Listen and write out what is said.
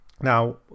Now